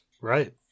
Right